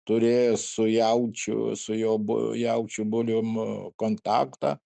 turėjo su jaučiu su jo bu jaučiu bulium kontaktą